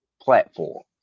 platform